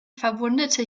verwundete